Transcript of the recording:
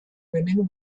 women